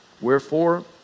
Wherefore